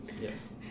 Yes